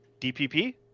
DPP